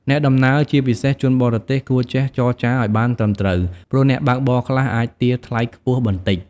អ្នកដំណើរ ជាពិសេសជនបរទេស គួរចេះចរចាឱ្យបានត្រឹមត្រូវ ព្រោះអ្នកបើកបរខ្លះអាចទារថ្លៃខ្ពស់បន្តិច។